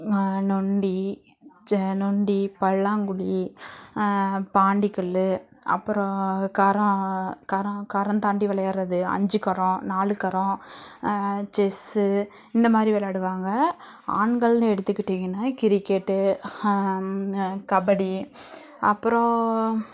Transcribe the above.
நொண்டி நொண்டி பல்லாங்குழி பாண்டிக்கல் அப்பறம் கரோம் கரோம் கரோந்தாண்டி விளையாட்றது அஞ்சு கரோம் நாலு கரோம் செஸ்ஸு இந்த மாதிரி விளாடுவாங்க ஆண்கள்னு எடுத்துக்கிட்டிங்கன்னா கிரிக்கெட்டு கபடி அப்பறம்